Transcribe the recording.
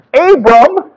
Abram